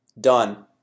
Done